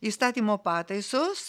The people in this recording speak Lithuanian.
įstatymo pataisos